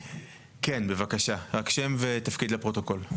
כן, בבקשה, רק שם ותפקיד לפרוטוקול.